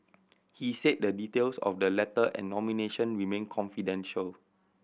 he said the details of the letter and nomination remain confidential